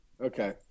Okay